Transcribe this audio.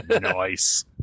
Nice